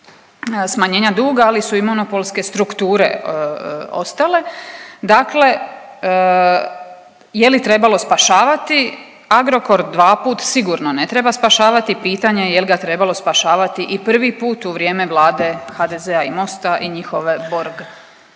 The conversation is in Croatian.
smanjenja duga, ali su i monopolske strukture ostale, dakle je li trebalo spašavati Agrokor? Dvaput sigurno ne treba spašavati. Pitanje je je li ga trebalo spašavati i prvi put u vrijeme vlade HDZ-a i Mosta i njihove Borg